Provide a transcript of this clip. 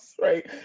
right